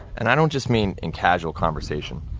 and i don't just mean in casual conversation.